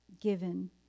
given